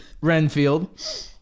Renfield